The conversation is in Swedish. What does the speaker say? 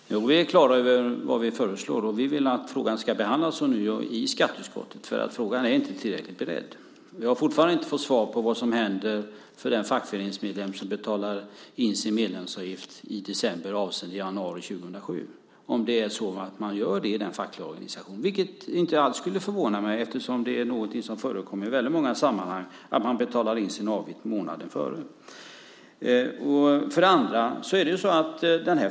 Herr talman! Vi är klara över vad vi föreslår. Vi vill att frågan ska behandlas ånyo i skatteutskottet. Frågan är inte tillräckligt beredd. Jag har fortfarande inte fått svar på vad som händer den fackföreningsmedlem som betalar in sin medlemsavgift i december avseende januari 2007, som görs i vissa fackliga organisationer. Det skulle inte förvåna mig eftersom det förekommer i många sammanhang att man betalar in sin avgift månaden före.